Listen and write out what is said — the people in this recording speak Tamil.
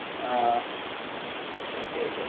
ah okay okay